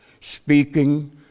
speaking